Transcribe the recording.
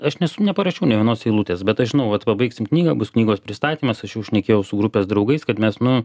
aš nesu neparašiau nė vienos eilutės bet aš žinau vat pabaigsim knygą bus knygos pristatymas aš jau šnekėjau su grupės draugais kad mes nu